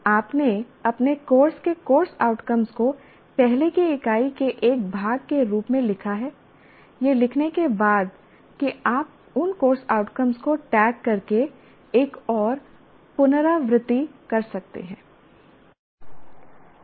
आपने अपने कोर्स के कोर्स आउटकम को पहले की इकाई के एक भाग के रूप में लिखा है यह लिखने के बाद कि आप उन कोर्स आउटकम को टैग करके एक और पुनरावृत्ति कर सकते हैं